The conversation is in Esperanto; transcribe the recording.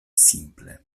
simple